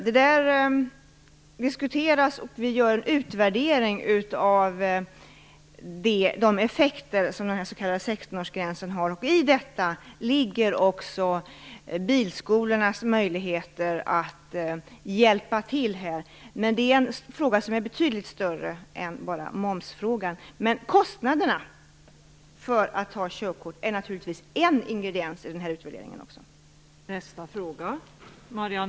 Det diskuteras, och vi gör en utvärdering av de effekter som den s.k. 16-årsgränsen har. I detta ligger också bilskolornas möjligheter att hjälpa till. Det är en fråga som är betydligt större än momsfrågan, men kostnaderna för att ta körkort är naturligtvis en ingrediens i utvärderingen.